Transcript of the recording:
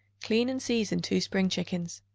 clean and season two spring chickens.